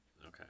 Okay